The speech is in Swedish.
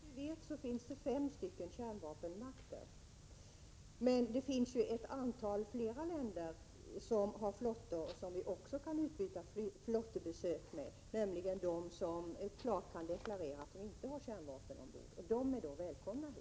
Herr talman! Såvitt vi vet finns det fem kärnvapenmakter. Men det finns ju ett antal andra länder som också har flottor och som vi kan utbyta flottbesök med, nämligen de som klart kan deklarera att de inte har kärnvapen ombord. De är då välkomna hit.